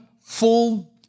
full